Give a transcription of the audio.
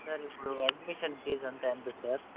sir ఇప్పుడు admission fees అంటే ఎంత సార్